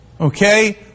Okay